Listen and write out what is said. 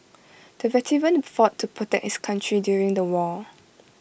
the veteran fought to protect his country during the war